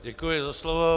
Děkuji za slovo.